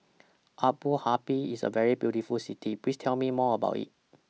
Abu Dhabi IS A very beautiful City Please Tell Me More about IT